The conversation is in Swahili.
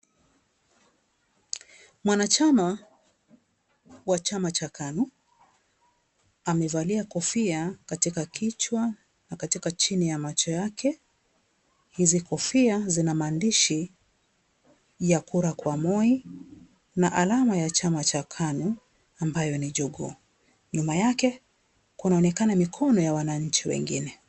Mwanachama wa chama cha kanu, amevalia kofia katika kichwa na katika chini ya macho yake. Hizi kofia zina maandishi ya kura kwa Moi na alama ya chama cha kanu ambayo ni jogoo. Nyuma yake kunaonekana mikono ya wananchi wengine.